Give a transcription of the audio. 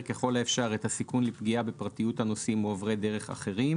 ככל האפשר את הסיכון לפגיעה בפרטיות הנוסעים או עוברי דרך אחרים".